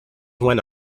went